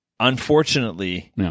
Unfortunately